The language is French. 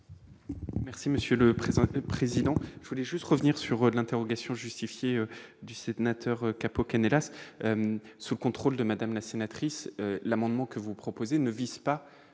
Merci Monsieur le Président, président, je voulais juste revenir sur l'interrogation justifiée du sénateur aucun hélas ce contrôle de madame la sénatrice l'amendement que vous proposez ne vise pas